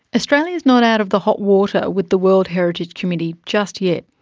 australia's not out of the hot water with the world heritage committee just yet.